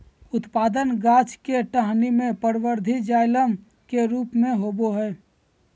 उत्पादन गाछ के टहनी में परवर्धी जाइलम के रूप में होबय हइ